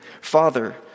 Father